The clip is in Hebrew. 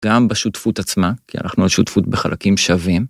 גם בשותפות עצמה, כי אנחנו על שותפות בחלקים שווים.